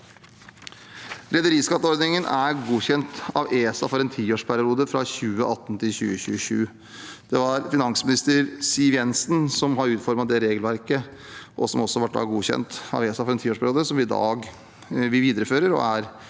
Rederiskatteordningen er godkjent av ESA for en tiårsperiode, fra 2018 til 2027. Det var tidligere finansminister Siv Jensen som utformet det regelverket, som altså ble godkjent av ESA for en tiårsperiode, og som vi i dag viderefører